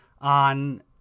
on